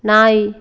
நாய்